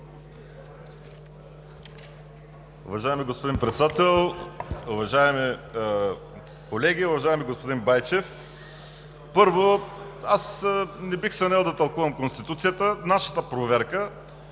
Уважаеми господин Председател, уважаеми колеги! Уважаеми господин Байчев, първо, аз не бих се наел да тълкувам Конституцията. Преди